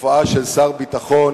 הופעה של שר ביטחון